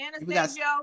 Anastasio